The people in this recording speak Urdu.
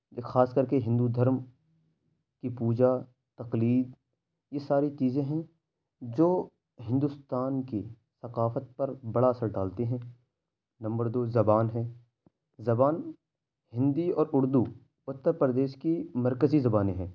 خاص کرکے ہندو دھرم کی پوجا تقلید یہ ساری چیزیں ہیں جو ہندوستان کی ثقافت پر بڑا اثر ڈالتے ہیں نمبر دو زبان ہے زبان ہندی اور اردو اُتّرپردیش کی مرکزی زبانیں ہیں